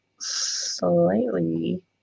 slightly